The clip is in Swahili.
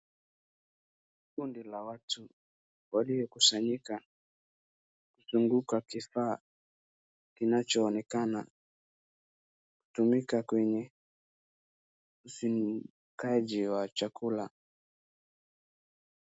Kundi la watu waliokusanyika wakizunguka kifaa kinachoonekana kutumika kwenye usimikajii wa chakula.